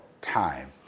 time